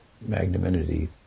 magnanimity